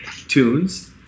tunes